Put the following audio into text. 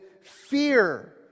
fear